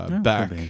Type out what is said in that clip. back